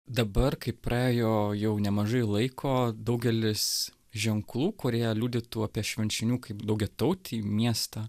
dabar kai praėjo jau nemažai laiko daugelis ženklų kurie liudytų apie švenčionių kaip daugiatautį miestą